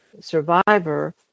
survivor